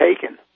taken